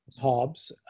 Hobbes